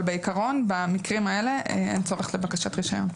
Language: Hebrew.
אבל בעקרון במקרים האלה אין צורך לבקשת רישיון.